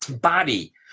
body